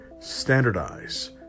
standardize